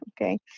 Okay